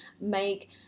make